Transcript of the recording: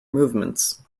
movements